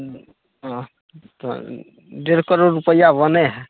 डेढ़ करोड़ रुपैआ बनै हइ